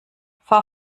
fahr